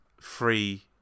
free